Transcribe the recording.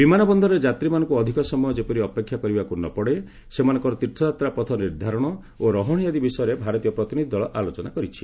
ବିମାନ ବନ୍ଦରରେ ଯାତ୍ରୀମାନଙ୍କୁ ଅଧିକ ସମୟ ଯେପରି ଅପେକ୍ଷା କରିବାକୁ ନ ପଡ଼େ ସେମାନଙ୍କର ତୀର୍ଥଯାତ୍ରାପଥ ନିର୍ଦ୍ଧାରଣ ଓ ରହଣି ଆଦି ବିଷୟରେ ଭାରତୀୟ ପ୍ରତିନିଧି ଦଳ ଆଲୋଚନା କରିଛି